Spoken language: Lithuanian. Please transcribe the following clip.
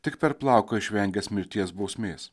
tik per plauką išvengęs mirties bausmės